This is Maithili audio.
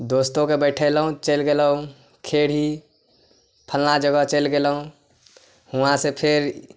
दोस्तोके बैठेलहुँ चलि गेलहुँ खेड़ी फल्लाँ जगह चलि गेलहुँ हुआँ सँ फेर